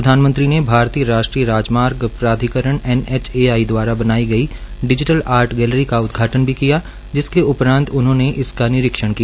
प्रधानमंत्री ने भारतीय राष्ट्रीय राजमार्ग प्राधिकरण द्वारा बनाई गई डिजीटल आर्ट गेलरी का उदघाटन भी किया जिसके उपरांत उन्होंने इस निरीक्षण किया